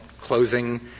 closing —